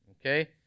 Okay